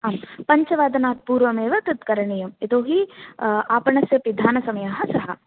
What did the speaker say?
आं पञ्चवादनात् पूर्वमेव तद् करणीयं यतो हि आपणस्य पिधानसमयः सः